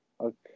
Okay